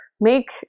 make